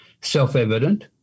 self-evident